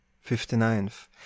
Fifty-ninth